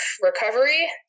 recovery